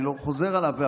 אני לא חוזר עליו.